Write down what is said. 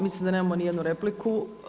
Mislim da nemamo nijednu repliku.